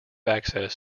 access